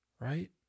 Right